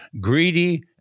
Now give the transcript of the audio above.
greedy